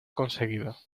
conseguido